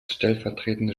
stellvertretende